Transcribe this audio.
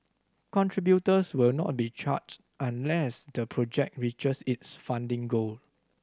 contributors will not be charged unless the project reaches its funding goal